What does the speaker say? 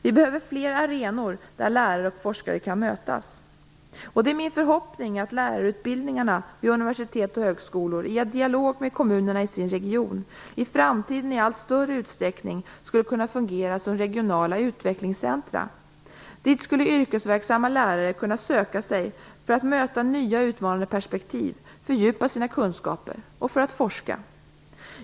Vi behöver fler arenor där lärare och forskare kan mötas. Det är min förhoppning att lärarutbildningarna vid universitet och högskolor - i dialog med kommunerna i sin region - i framtiden i allt större utsträckning skall kunna fungera som regionala utvecklingscentrum. Dit skulle yrkesverksamma lärare kunna söka sig för att möta nya och utmanande perspektiv, fördjupa sina kunskaper och forska.